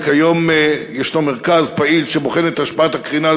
וכיום יש מרכז פעיל שבוחן את השפעת הקרינה על